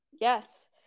Yes